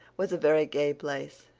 was a very gay place,